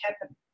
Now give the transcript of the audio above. happen